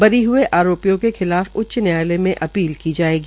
बरी हए आरोपियों के खिलाफ उच्च न्यायालय में अपील की जायेगी